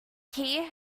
key